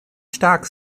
stark